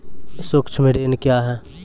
सुक्ष्म ऋण क्या हैं?